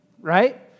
right